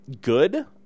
good